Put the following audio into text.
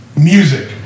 music